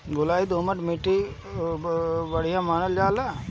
बलुई दोमट काहे बढ़िया मानल जाला?